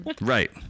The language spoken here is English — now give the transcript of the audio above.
right